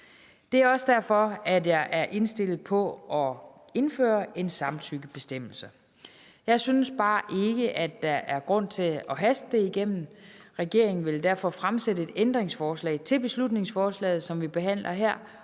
Det er også derfor, jeg er indstillet på at indføre en samtykkebestemmelse. Jeg synes bare ikke, der er grund til at haste det igennem. Regeringen vil derfor stille et ændringsforslag til beslutningsforslaget, som vi behandler her,